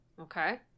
Okay